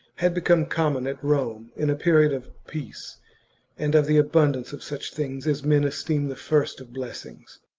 had become common at rome in a period of peace and of the abundance of such things as men esteem the first of blessings.